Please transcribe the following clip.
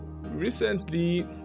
recently